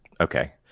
okay